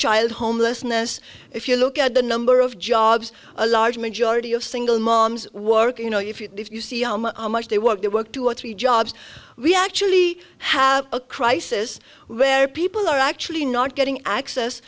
child homelessness if you look at the number of jobs a large majority of single moms work you know if you see how much they work their work two or three jobs we actually have a crisis where people are actually not getting access